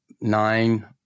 nine